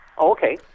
Okay